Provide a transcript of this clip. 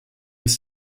uns